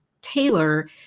Taylor